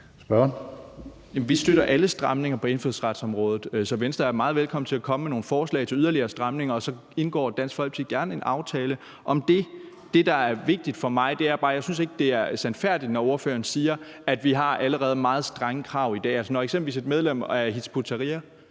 vi støtter alle stramninger på indfødsretsområdet, så Venstre er meget velkommen til at komme med nogle forslag til yderligere stramninger, og så indgår Dansk Folkeparti gerne en aftale om det. Det, der er vigtigt for mig, er, at jeg ikke synes, det er sandfærdigt, når ordføreren siger, at vi allerede har meget strenge krav i dag. Når eksempelvis et medlem af Hizb ut-Tahrir